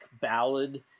ballad